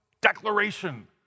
declaration